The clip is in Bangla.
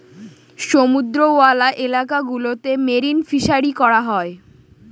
সমুদ্রওয়ালা এলাকা গুলোতে মেরিন ফিসারী করা হয়